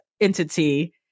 entity